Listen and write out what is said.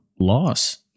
loss